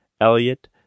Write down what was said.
Elliot